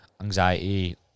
anxiety